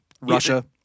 Russia